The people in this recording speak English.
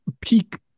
peak